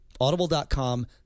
Audible.com